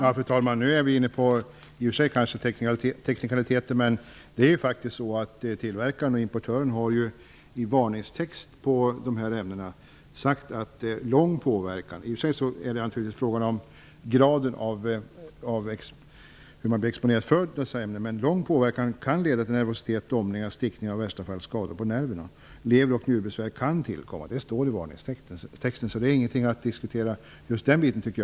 Fru talman! Nu har vi i och för sig kommit in på teknikaliteter. Tillverkaren och importören har i en varningstext på produkterna sagt att långvarig påverkan -- graden av exponering spelar förstås in -- kan leda till nervositet, domningar, stickningar och i värsta fall skador på nerverna. Lever och njurbesvär kan tillkomma. Det står i varningstexten, så jag tycker inte att det är något att diskutera.